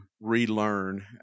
relearn